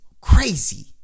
crazy